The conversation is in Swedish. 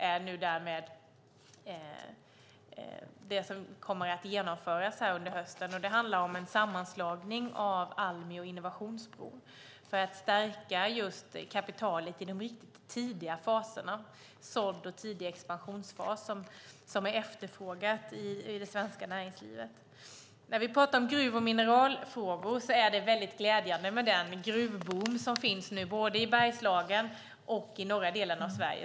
Det är därmed det som kommer att genomföras under hösten. Det handlar om en sammanslagning av Almi och Innovationsbron för att stärka kapitalet i de riktigt tidiga faserna, sådd och tidig expansionsfas, vilket är efterfrågat i det svenska näringslivet. När vi pratar om gruv och mineralfrågor är det glädjande med den gruvboom som finns både i Bergslagen och i norra delen av Sverige.